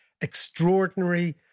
extraordinary